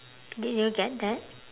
did you get that